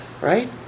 Right